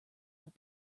what